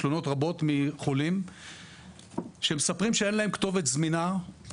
תלונות רבות מחולים שמספרים שאין להם כתובת זמינה,